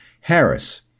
Harris